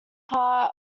part